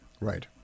right